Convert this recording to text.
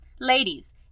Ladies